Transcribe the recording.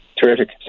Terrific